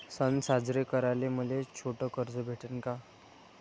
सन साजरे कराले मले छोट कर्ज भेटन का?